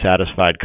satisfied